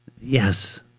Yes